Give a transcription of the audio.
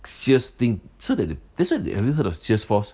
sales thing so that that's what they have you heard of sales force